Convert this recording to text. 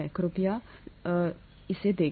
कृपया वो करें